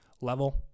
level